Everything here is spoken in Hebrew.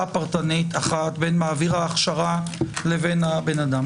פרטנית אחת בין מעביר ההכשרה לבין האדם.